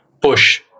push